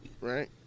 right